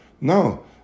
No